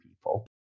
people